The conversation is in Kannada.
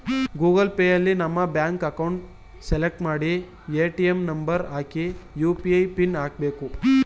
ಗೂಗಲ್ ಪೇಯಲ್ಲಿ ನಮ್ಮ ಬ್ಯಾಂಕ್ ಅಕೌಂಟ್ ಸೆಲೆಕ್ಟ್ ಮಾಡಿ ಎ.ಟಿ.ಎಂ ನಂಬರ್ ಹಾಕಿ ಯು.ಪಿ.ಐ ಪಿನ್ ಹಾಕ್ಬೇಕು